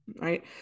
right